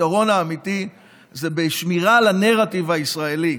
הפתרון האמיתי זה בשמירה על הנרטיב הישראלי,